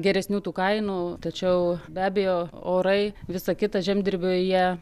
geresnių tų kainų tačiau be abejo orai visa kita žemdirbiui jie